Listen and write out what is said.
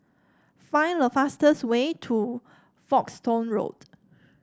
find the fastest way to Folkestone Road